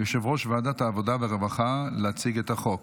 יושב-ראש ועדת העבודה והרווחה, להציג את החוק.